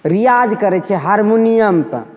रिआज करै छै हारमोनिअमपर